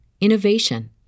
innovation